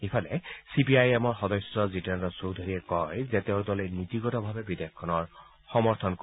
ইফালে C P I এমৰ সদস্য জিতেন্দ্ৰ চৌধুৰীয়ে কয় যে তেওঁৰ দলে নীতিগতভাৱে বিধেয়কখনৰ সমৰ্থন কৰে